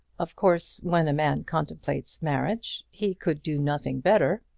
of course, when a man contemplates marriage, he could do nothing better,